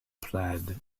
planned